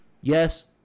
yes